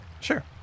Sure